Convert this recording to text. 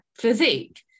physique